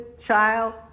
child